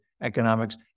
economics